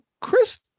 Chris